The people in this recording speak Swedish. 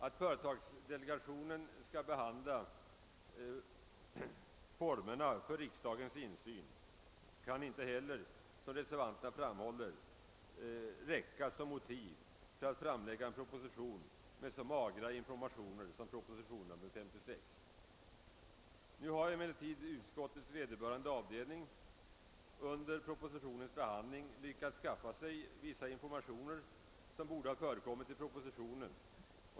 Att föetagsdelegationen skall behandla formerna för riksdagens insyn kan inte heller som reservanterna framhåller räcka som motiv för att framlägga en proposition med så magra informationer som proposition nr 56. Nu har emellertid utskottets vederbörande avdelning under propositionens behandling lyckats skaffa vissa informationer som borde ha förelegat i propositionen.